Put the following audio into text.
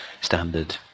standard